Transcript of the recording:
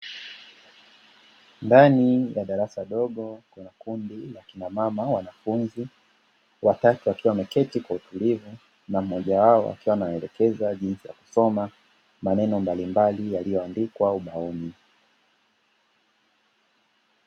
Ndani ya darasa dogo kuna kundi la kina mama, wanafunzi watatu wakiwa wameketi kwa utulivu na mmoja wao akiwa anaelekeza jinsi ya kusoma maneno mbalimbali yaliyoandikwa ubaoni.